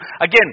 Again